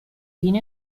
vino